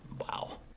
Wow